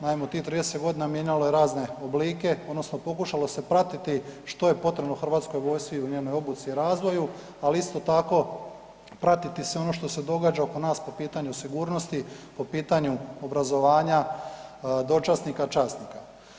Naime, u tih 30 godina mijenjalo je razne oblike, odnosno pokušalo se pratiti što je potrebno HV-u u njenoj obuci i razvoju, ali isto tako, pratiti se ono što se događa oko nas po pitanju sigurnosti, po pitanju obrazovanja, dočasnika, časnika.